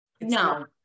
No